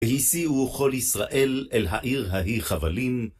הישיאהו כל ישראל אל העיר ההיא חבלים.